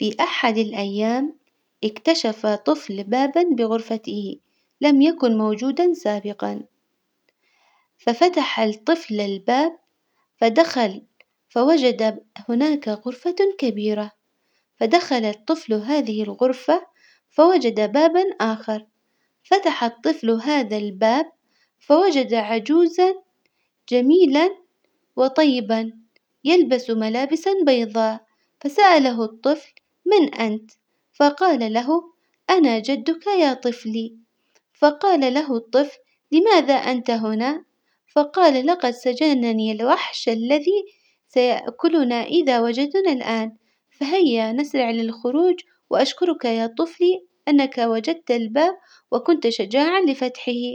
في أحد الأيام إكتشف طفل بابا بغرفته لم يكن موجودا سابقا، ففتح الطفل الباب فدخل فوجد هناك غرفة كبيرة، فدخل الطفل هذه الغرفة فوجد بابا آخر، فتح الطفل هذا الباب فوجد عجوزا جميلا وطيبا يلبس ملابسا بيظاء، فسأله الطفل من أنت? فقال له أنا جدك يا طفلي، فقال له الطفل لماذا أنت هنا? فقال لقد سجنني الوحش الذي سيأكلنا إذا وجدنا الآن، فهيا نسرع للخروج، وأشكرك يا طفلي أنك وجدت الباب وكنت شجاعا لفتحه.